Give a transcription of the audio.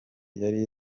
yari